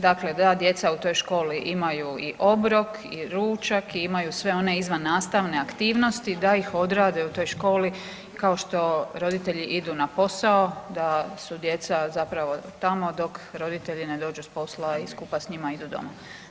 Dakle, da djeca u toj školi imaju i obrok i ručak i imaju sve one izvannastavne aktivnosti da ih odrade u toj školi kao što roditelji idu na posao, da su djeca zapravo tamo dok roditelji ne dođu s posla i skupa s njima idu doma.